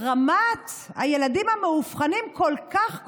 רמת הילדים המאובחנים כל כך גבוהה,